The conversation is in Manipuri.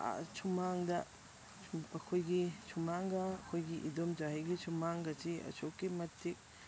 ꯁꯨꯃꯥꯡꯗ ꯁꯨꯝ ꯑꯩꯈꯣꯏꯒꯤ ꯁꯨꯃꯥꯡꯒ ꯑꯩꯈꯣꯏꯒꯤ ꯏꯗꯣꯝꯆꯥ ꯍꯣꯏꯒꯤ ꯁꯨꯃꯥꯡꯁꯤꯒ ꯑꯁꯨꯛꯀꯤ ꯃꯇꯤꯛ